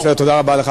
תודה רבה לך,